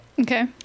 Okay